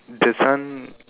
the sun